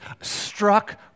struck